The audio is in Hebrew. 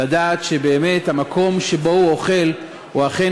לדעת שבאמת המקום שבו הוא אוכל הוא אכן